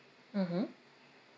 mmhmm